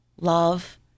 love